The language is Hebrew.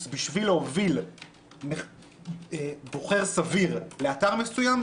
בשביל להוביל בוחר סביר לאתר מסוים,